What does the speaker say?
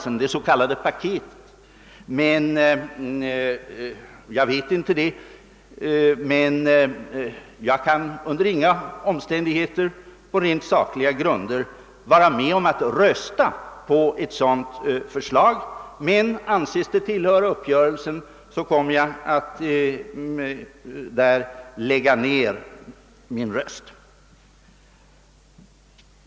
Jag vet inte hur det förhåller sig härmed, men jag kan på rent sakliga grunder under inga förhållanden vara med om att rösta på ett sådant förslag. Anses det tillhöra uppgörelsen kommer jag därför att lägga ned min röst.